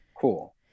cool